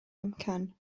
amcan